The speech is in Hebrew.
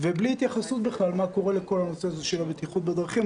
ובלי התייחסות בכלל למה קורה לכל נושא הבטיחות בדרכים.